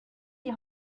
die